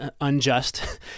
unjust